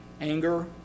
anger